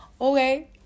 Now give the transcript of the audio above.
okay